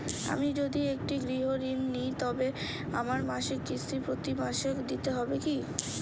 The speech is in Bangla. আমি যদি একটি গৃহঋণ নিই তবে আমার মাসিক কিস্তি কি প্রতি মাসে দিতে হবে?